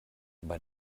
bei